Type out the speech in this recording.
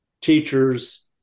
teachers